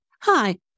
hi